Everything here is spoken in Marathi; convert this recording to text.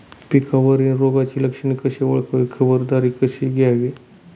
पिकावरील रोगाची लक्षणे कशी ओळखावी, खबरदारी कशी घ्यावी?